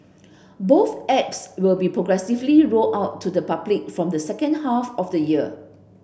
both apps will be progressively rolled out to the public from the second half of the year